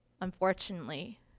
unfortunately